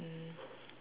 and